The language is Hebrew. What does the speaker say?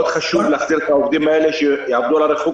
מאוד חשוב להחזיר את העובדים האלה שיעבדו על הריחוק